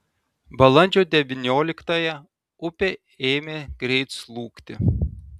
balandžio devynioliktąją upė ėmė greit slūgti